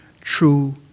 true